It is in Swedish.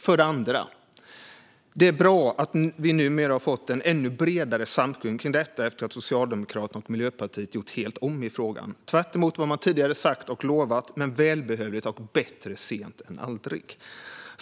För det andra: Det är bra att vi numera har fått en ännu bredare samsyn om detta efter att Socialdemokraterna och Miljöpartiet gjort helt om i frågan - tvärtemot vad man tidigare sagt och lovat men välbehövligt, och bättre sent än aldrig.